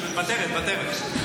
מוותרת, מוותרת.